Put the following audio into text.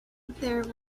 there